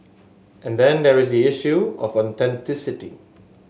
and then there is the issue of authenticity